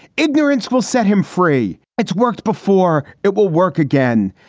ignorance will set him free. it's worked before. it will work again.